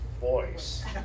voice